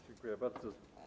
Dziękuję bardzo.